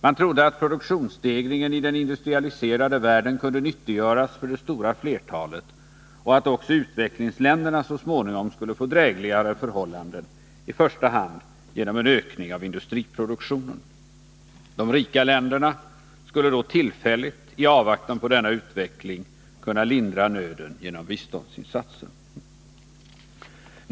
Man trodde att produktionsstegringen i den industrialiserade världen kunde nyttiggöras för det stora flertalet och att också utvecklingsländerna så småningom skulle få drägligare förhållanden, i första hand genom en ökning av industriproduktionen. De rika länderna skulle då tillfälligt, i avvaktan på denna utveckling, kunna lindra nöden genom biståndsinsatser.